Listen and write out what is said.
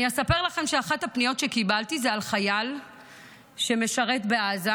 אני אספר לכם שאחת הפניות שקיבלתי זה של חייל שמשרת בעזה,